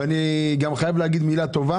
מגיל לידה עד שלוש.